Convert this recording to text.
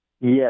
Yes